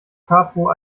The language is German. capo